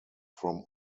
from